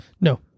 No